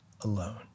alone